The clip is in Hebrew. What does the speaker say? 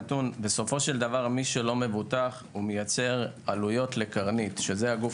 בסופו של דבר מי שלא מבוטח הוא מייצר עלויות לקרנית שזה הגוף